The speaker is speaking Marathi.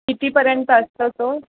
कितीपर्यंत असतं तो